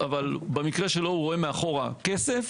אבל במקרה שלו הוא רואה מאחורה כסף,